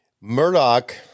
Murdoch